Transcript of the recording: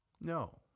no